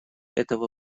этого